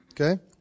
Okay